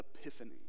epiphany